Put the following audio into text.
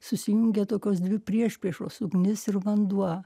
susijungia tokios dvi priešpriešos ugnis ir vanduo